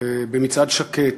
במצעד שקט,